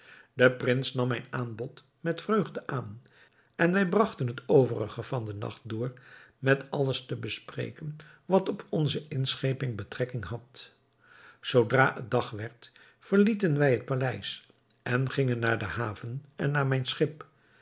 de prins nam mijn aanbod met vreugde aan en wij bragten het overige van den nacht door met alles te bespreken wat op onze inscheping betrekking had zoodra het dag werd verlieten wij het paleis en gingen naar de haven en naar mijn schip